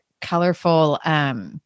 colorful